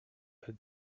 had